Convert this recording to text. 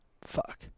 Fuck